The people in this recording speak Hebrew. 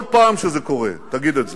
כל פעם שזה קורה תגיד את זה.